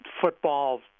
football